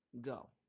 go